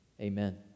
amen